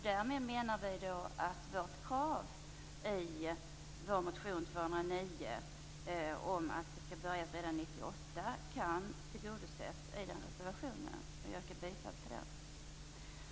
Därmed menar vi att vårt krav i motion U209, att detta skall påbörjas redan 1998, tillgodoses i reservation 7, vilken jag yrkar bifall till.